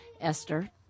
Esther